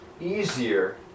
easier